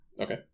Okay